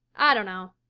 i don't know,